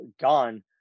gone